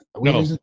no